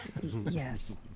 Yes